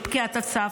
עם פקיעת הצו,